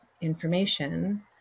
information